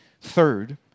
Third